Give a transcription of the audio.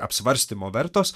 apsvarstymo vertos